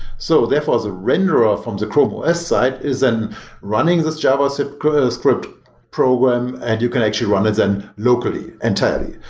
so therefore, as a renderer from the chrome os side, is then running this javascript javascript program and you can actually run it then locally entirely.